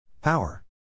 Power